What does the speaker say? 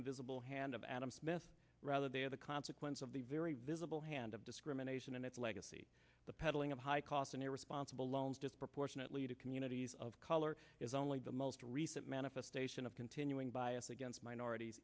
invisible hand of adam smith rather they are the consequence of the very visible hand of discrimination and its legacy the peddling of high cost and irresponsible loans disproportionately to communities of color is only the most recent manifestation of continuing bias against minorities